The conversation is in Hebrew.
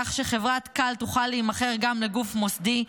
כך שחברת כאל תוכל להימכר גם לגוף מוסדי,